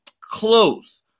close